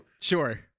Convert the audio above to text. Sure